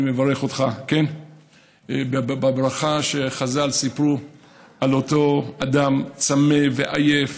אני מברך אותך בברכה שחז"ל סיפרו על אותו אדם צמא ועייף